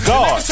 God